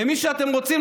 למי שאתם רוצים,